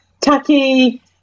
Taki